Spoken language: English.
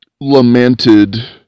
lamented